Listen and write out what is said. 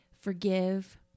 forgive